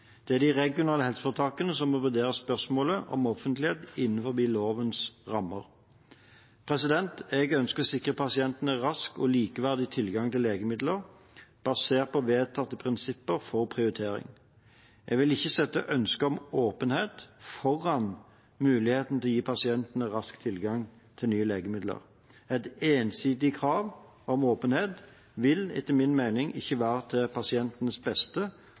Det er de regionale helseforetakene som må vurdere spørsmålet om offentlighet innenfor lovens rammer. Jeg ønsker å sikre pasientene rask og likeverdig tilgang til legemidler, basert på vedtatte prinsipper for prioritering. Jeg vil ikke sette ønsket om åpenhet foran muligheten til å gi pasientene rask tilgang til nye legemidler. Et ensidig krav om åpenhet vil etter min mening ikke være til pasientenes beste